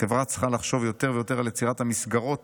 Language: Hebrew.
החברה צריכה לחשוב יותר ויותר על יצירת המסגרות